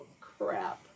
crap